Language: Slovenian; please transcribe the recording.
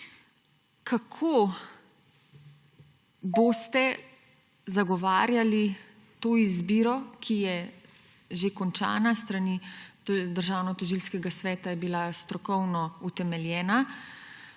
Kako boste zagovarjali to izbiro, ki je že končana? Tudi s strani Državnotožilskega sveta je bila strokovno utemeljena.